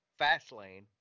Fastlane